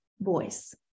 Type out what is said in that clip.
voice